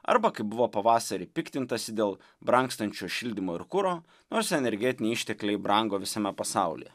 arba kaip buvo pavasarį piktintasi dėl brangstančio šildymo ir kuro nors energetiniai ištekliai brango visame pasaulyje